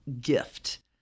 gift